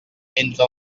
entra